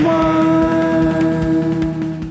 one